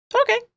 Okay